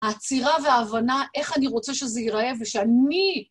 עצירה והבנה, איך אני רוצה שזה ייראה ושאני...